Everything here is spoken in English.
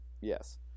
Yes